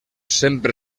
sempre